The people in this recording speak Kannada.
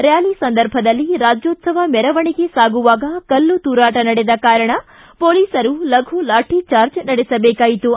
ರ್ನಾಲಿ ಸಂದರ್ಭದಲ್ಲಿ ರಾಜ್ಜೋತ್ಸವ ಮೆರವಣಿಗೆ ಸಾಗುವಾಗ ಕಲ್ಲು ತೂರಾಟ ನಡೆದ ಕಾರಣ ಪೋಲೀಸರು ಲಘು ಲಾಠಿ ಚಾರ್ಜ್ ನಡೆಸಬೇಕಾಯಿತು